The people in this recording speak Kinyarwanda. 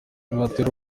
bibatera